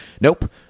nope